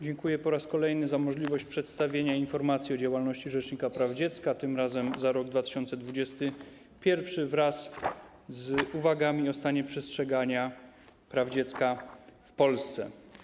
Dziękuję po raz kolejny za możliwość przedstawienia informacji o działalności rzecznika praw dziecka, tym razem za rok 2021, wraz z uwagami o stanie przestrzegania praw dziecka w Polsce.